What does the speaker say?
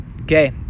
Okay